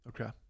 okay